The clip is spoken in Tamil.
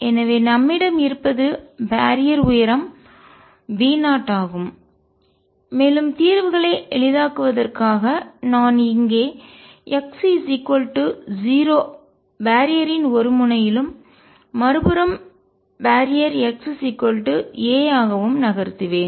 எனவே நம்மிடம் இருப்பது பாரியர் உயரம் V0 ஆகும் மேலும் தீர்வுகளை எளிதாக்குவதற்காக நான் இங்கே x 0 பேரியர் தடை யின் ஒரு முனையிலும் மறுபுறம் பேரியர் தடை x a ஆகவும் நகர்த்துவேன்